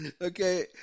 okay